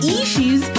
issues